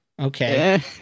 Okay